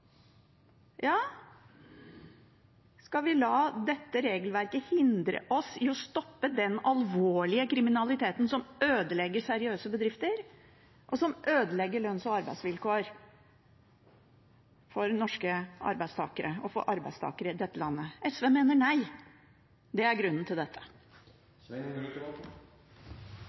Ja, skal vi la dette regelverket hindre oss i å stoppe den alvorlige kriminaliteten som ødelegger seriøse bedrifter, og som ødelegger lønns- og arbeidsvilkår for arbeidstakere i dette landet? SV mener nei. Det er grunnen til dette.